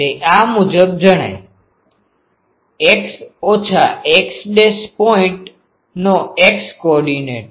તે આ મુજબ જણાય x r0cos 2 x ઓછા x ડેશ પોઈન્ટ નો x કોઓર્ડીનેટ